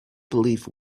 believe